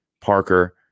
Parker